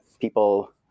people